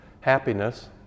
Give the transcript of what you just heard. Happiness